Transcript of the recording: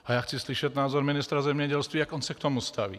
A já chci slyšet názor ministra zemědělství, jak on se k tomu staví.